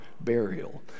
burial